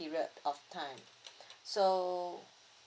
period of time so